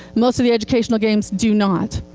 most of the educational games do not.